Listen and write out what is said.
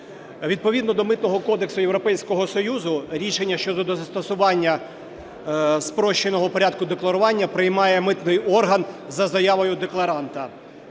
Відповідно до Митного кодексу Європейського Союзу рішення щодо застосування спрощеного порядку декларування приймає митний орган за заявою декларанта.